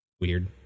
Weird